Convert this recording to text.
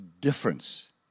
difference